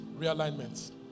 Realignment